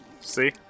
See